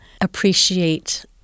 appreciate